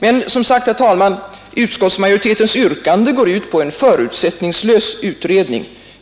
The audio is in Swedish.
Men, som sagt, herr talman, utskottsmajoritetens yrkande går ut på en förutsättningslös utredning.